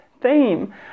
theme